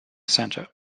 center